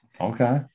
okay